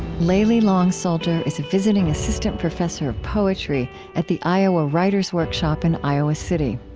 layli long soldier is a visiting assistant professor of poetry at the iowa writers' workshop in iowa city.